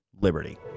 Liberty